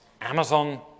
Amazon